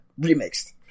remixed